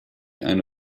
eine